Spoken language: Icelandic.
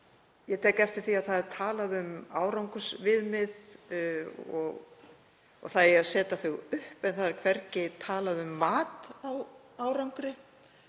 Ég tek eftir því að talað er um árangursviðmið og að það eigi að setja þau upp, en það er hvergi talað um mat á árangri.